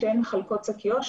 שתיהן מחלקות שקיות,